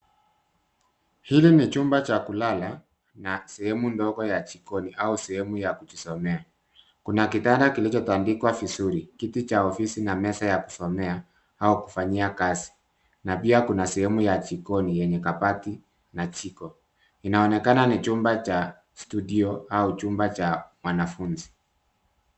Hili ni chumba cha kulala na sehemu ndogo ya jikoni au sehemu ya kujisomea. Kuna kitanda kilichotandikwa vizuri, kiti cha ofisi na meza ya kusomea au kufanyia kazi na pia kuna sehemu ya jikoni yenye kabati na jiko. Inaonekana ni chumba cha studio au chumba cha mwanafunzi.